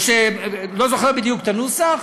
לא זוכר בדיוק את הנוסח,